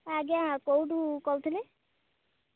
ଆଜ୍ଞା କେଉଁଠୁ କହୁଥିଲେ